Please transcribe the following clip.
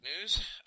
news